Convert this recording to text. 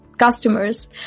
customers